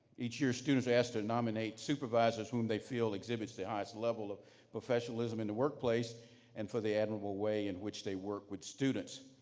each year students ask to nominate supervisors whom they feel exhibits the highest level of professionalism in the workplace and for the admirable way in which they work with students.